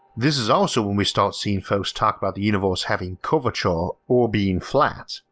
this is also when we start seeing folks talk about the universe having curvature or being flat,